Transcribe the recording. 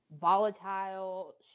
volatile